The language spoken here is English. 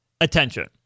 attention